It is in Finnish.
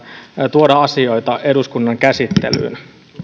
tuoda asioita eduskunnan käsittelyyn